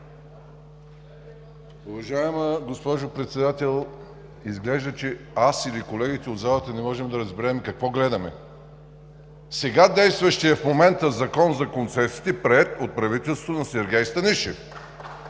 Уважаема госпожо Председател, изглежда, че аз или колегите от залата не можем да разберем какво гледаме. Сега действащия в момента Закон за концесиите е приет от правителството на Сергей Станишев.